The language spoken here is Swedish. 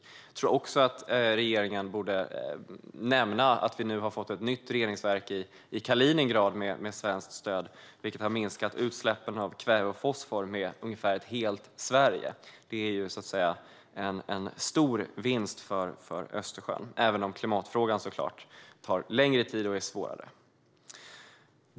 Jag tror också att regeringen borde nämna att man med svenskt stöd nu har fått ett nytt reningsverk i Kaliningrad, vilket har minskat utsläppen av kväve och fosfor med ungefär ett helt Sverige. Det är en stor vinst för Östersjön, även om klimatfrågan såklart tar längre tid och är svårare.